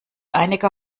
einiger